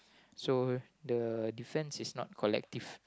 so the defence is not collective